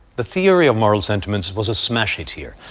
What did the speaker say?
the theory of moral sentiments was a smash hit here.